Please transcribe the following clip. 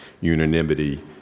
unanimity